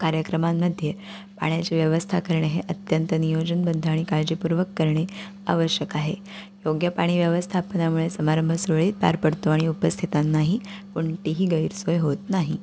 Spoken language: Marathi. कार्यक्रमांमध्ये पाण्याची व्यवस्था करणे हे अत्यंत नियोजनबद्ध आणि काळजीपूर्वक करणे आवश्यक आहे योग्य पाणी व्यवस्थापनामुळे समारंभ सुरळीत पार पडतो आणि उपस्थितांनाही कोणतीही गैरसोय होत नाही